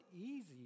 easy